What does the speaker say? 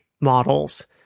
models